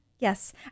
Yes